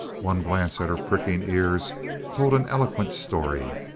one glance at her pricking ears told an eloquent story.